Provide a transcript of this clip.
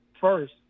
first